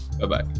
bye-bye